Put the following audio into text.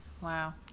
Wow